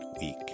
week